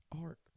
art